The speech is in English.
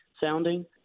sounding